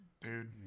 Dude